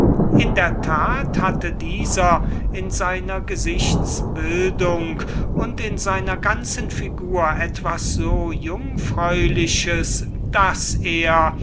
in der tat hatte er in seiner gesichtsbildung und in seiner ganzen figur etwas so jungfräuliches daß er